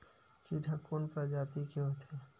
कीट ह कोन प्रजाति के होथे?